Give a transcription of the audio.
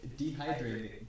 dehydrating